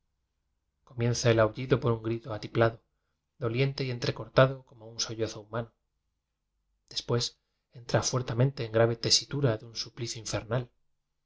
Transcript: el aullido por un grito ati plado doliente y entrecortado como un so llozo humano después entra fuertemente en grave texitura de un suplicio infernal y